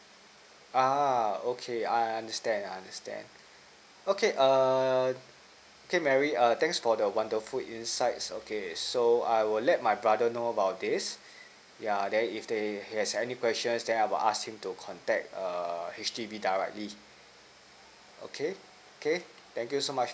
uh okay I understand I understand okay err okay mary err thanks for the wonderful insights okay so I will let my brother know about this yeah then if they he has any questions then I'll ask him to contact err H_D_B directly okay okay thank you so much